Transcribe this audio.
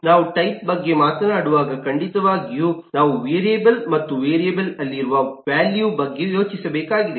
ನಾವು ಟೈಪ್ ಬಗ್ಗೆ ಮಾತನಾಡುವಾಗ ಖಂಡಿತವಾಗಿಯೂ ನಾವು ವೇರಿಯೇಬಲ್ ಮತ್ತು ವೇರಿಯೇಬಲ್ ಅಲ್ಲಿ ಇರುವ ವ್ಯಾಲ್ಯೂ ಬಗ್ಗೆ ಯೋಚಿಸಬೇಕಾಗಿದೆ